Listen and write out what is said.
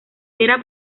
era